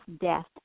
death